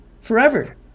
Forever